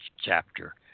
chapter